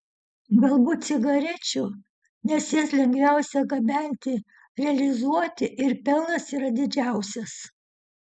galbūt cigarečių nes jas lengviausia gabenti realizuoti ir pelnas yra didžiausias